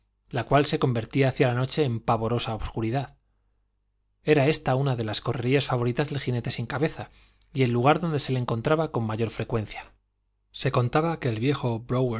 la cual se convertía hacia la noche en pavorosa obscuridad era ésta una de las correrías favoritas del jinete sin cabeza y el lugar donde se le encontraba con mayor frecuencia se contaba que el viejo